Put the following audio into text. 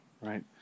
right